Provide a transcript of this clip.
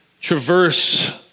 traverse